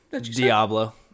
Diablo